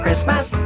Christmas